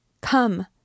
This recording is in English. come